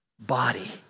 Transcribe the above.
body